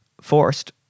forced